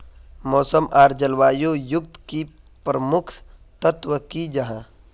मौसम आर जलवायु युत की प्रमुख तत्व की जाहा?